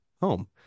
home